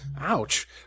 Ouch